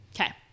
Okay